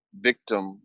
victim